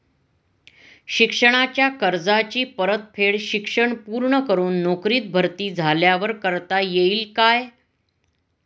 शिक्षणाच्या कर्जाची परतफेड शिक्षण पूर्ण करून नोकरीत भरती झाल्यावर करता येईल काय?